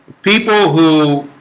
people who